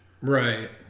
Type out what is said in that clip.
Right